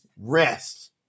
rest